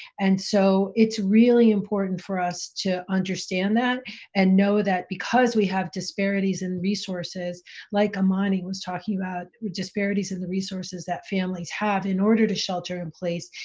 and so it's really important for us to understand that and know that because we have disparities in resources like amani was talking about, with disparities in the resources that families have in order to shelter-in-place,